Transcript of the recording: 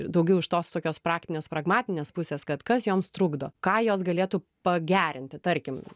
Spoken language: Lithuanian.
daugiau iš tos tokios praktinės pragmatinės pusės kad kas joms trukdo ką jos galėtų pagerinti tarkim